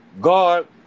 God